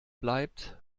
bleibt